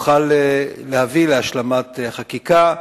נוכל להביא להשלמת החקיקה,